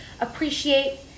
appreciate